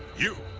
you!